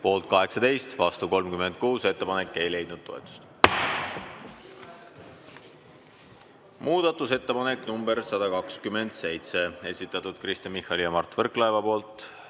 Poolt 18, vastu 36. Ettepanek ei leidnud toetust. Muudatusettepanek nr 127, esitanud Kristen Michal ja Mart Võrklaev.